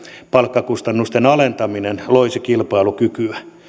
palkkakustannusten alentaminen loisi kilpailukykyä